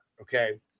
Okay